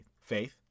Faith